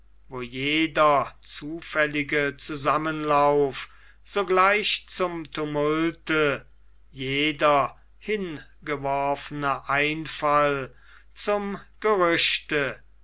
wo jeder zufällige zusammenlauf sogleich zum tumulte jeder hingeworfene einfall zum gerüchte